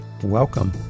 Welcome